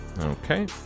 Okay